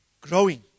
growing